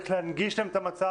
איך להנגיש להם את המצב,